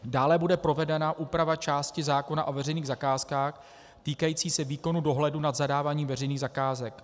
Dále bude provedena úprava části zákona o veřejných zakázkách týkající se výkonu dohledu nad zadáváním veřejných zakázek.